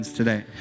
today